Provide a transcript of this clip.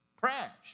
crash